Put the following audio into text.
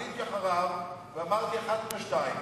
עליתי אחריו ואמרתי: אחת מן השתיים,